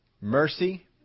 mercy